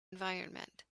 environment